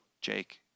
Jake